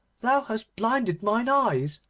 thou hast blinded mine eyes.